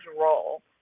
role